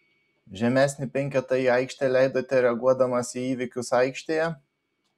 žemesnį penketą į aikštę leidote reaguodamas į įvykius aikštėje